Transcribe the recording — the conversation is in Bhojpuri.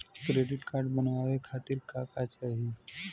डेबिट कार्ड बनवावे खातिर का का चाही?